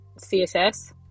css